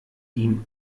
ihm